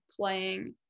playing